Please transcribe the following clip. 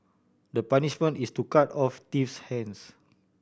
the punishment is to cut off thief's hands